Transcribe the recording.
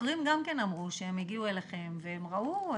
החוקרים גם כן אמרו שהם הגיעו אליכם והם ראו,